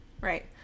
Right